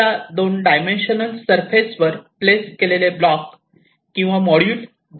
आपल्याला दोन dimension surface वर प्लेस केलेले ब्लॉक किंवा मॉड्यूल दिलेले आहेत